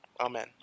Amen